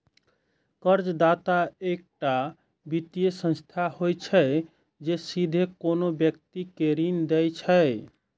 कर्जदाता एकटा वित्तीय संस्था होइ छै, जे सीधे कोनो व्यक्ति कें ऋण दै छै